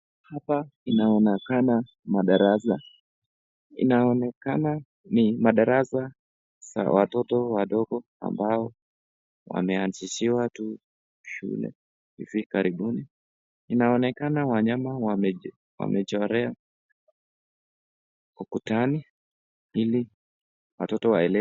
Hapa inaonekana madarasa. Inaonekana ni madarasa za watoto wadogo ambao wameanzishiwa tu shule hivi karibuni. Inaonekana wanyama wamecholewa ukutani ili watoto waelewe.